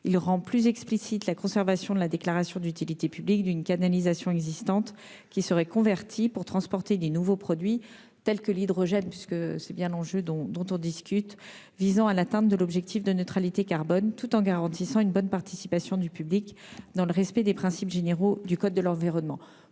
de rendre plus explicite la conservation de la déclaration d'utilité publique d'une canalisation existante convertie pour transporter de nouveaux produits, tels que l'hydrogène, visant à l'atteinte de l'objectif de neutralité carbone, tout en garantissant la participation du public, dans le respect des principes généraux du code de l'environnement.